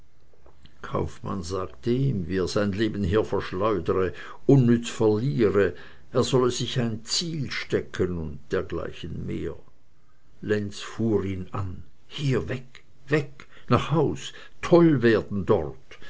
kaufmann sagte ihm wie er sein leben hier verschleudre unnütz verliere er solle sich ein ziel stecken und dergleichen mehr lenz fuhr ihn an hier weg weg nach haus toll werden dort